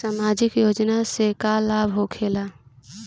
समाजिक योजना से का लाभ होखेला?